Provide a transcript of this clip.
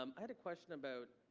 um i had a question about,